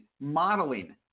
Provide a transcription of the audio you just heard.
modeling